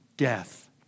death